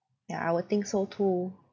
yeah I would think so too